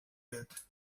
dret